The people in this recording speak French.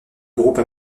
groupe